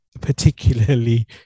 particularly